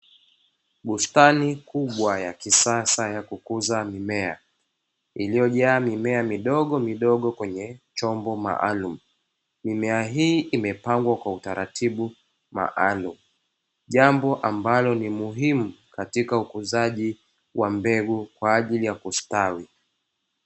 Bustani kubwa ya kisasa ya kukuza mimea iliyojaa mimea midogo midogo kwenye chombo maalumu, mimea hii imepangwa kwa utaratibu maalumu jambo ambalo ni muhimu katika ukuzaji wa mbegu kwa ajili ya kustawi.